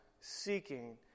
seeking